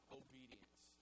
obedience